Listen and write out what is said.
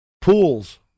pools